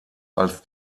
als